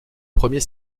premier